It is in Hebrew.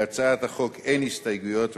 להצעת החוק אין הסתייגויות,